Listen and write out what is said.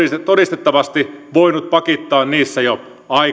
todistettavasti voinut pakittaa niissä jo